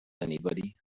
anybody